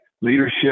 leadership